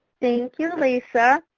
thank you, lisa.